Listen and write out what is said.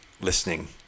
listening